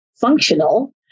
functional